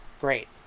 Great